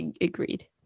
agreed